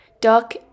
duck